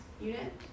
unit